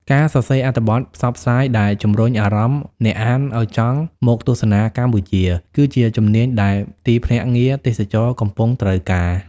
ការសរសេរអត្ថបទផ្សព្វផ្សាយ ដែលជំរុញអារម្មណ៍អ្នកអានឱ្យចង់មកទស្សនាកម្ពុជា គឺជាជំនាញដែលទីភ្នាក់ងារទេសចរណ៍កំពុងត្រូវការ។